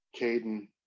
Caden